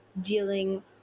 dealing